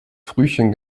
frühchen